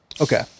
Okay